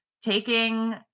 taking